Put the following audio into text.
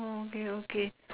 oh okay okay